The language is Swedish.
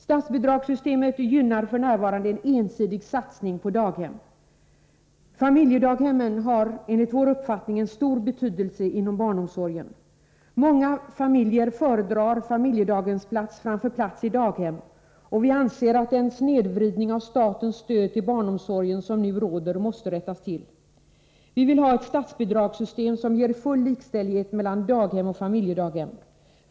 Statsbidragssystemet gynnar f.n. en ensidig satsning på daghem. Familjedaghemmen har enligt vår uppfattning en stor betydelse inom barnomsorgen. Många föräldrar föredrar familjedaghemsplats framför plats i daghem. Vi anser att den snedvridning av statens stöd till barnomsorgen som nu råder måste rättas till. Vi vill ha ett statsbidragssystem som ger full likställighet mellan daghem och familjedaghem.